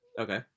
Okay